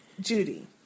Judy